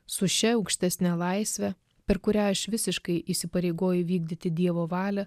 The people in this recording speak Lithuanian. su šia aukštesne laisve per kurią aš visiškai įsipareigoju vykdyti dievo valią